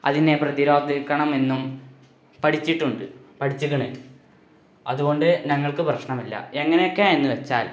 അതിനെ പ്രതിരോധിക്കണമെന്നും പഠിച്ചിട്ടുണ്ട് പഠിച്ചിക്ക്ണ് അതുകൊണ്ട് ഞങ്ങള്ക്ക് പ്രശ്നമില്ല എങ്ങനെയെക്കെയെന്നുവെച്ചാല്